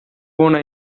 ona